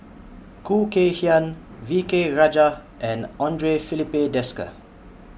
Khoo Kay Hian V K Rajah and Andre Filipe Desker